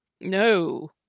No